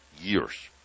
years